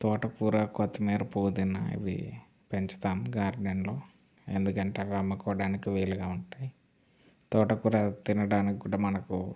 తోటకూర కొత్తిమీర పుదీనా ఇవి పెంచుతాను గార్డెన్లో ఎందుకంటే అవి అమ్ముకోవడానికి వీలుగా ఉంటాయి తోటకూర తినడానికి కూడా మనకు